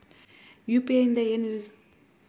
UPI ದಿಂದ ಏನು use?